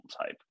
type